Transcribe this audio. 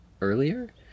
earlier